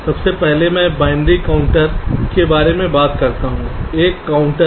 सबसे पहले वे बाइनरी काउंटर के बारे में बात करते हैं एक काउंटर